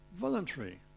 voluntary